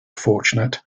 fortunate